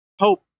Hope